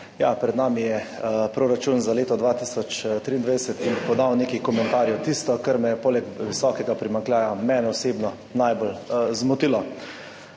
Pred nami je proračun za leto 2023 in podal bi nekaj komentarjev, tisto, kar je poleg visokega primanjkljaja mene osebno najbolj zmotilo.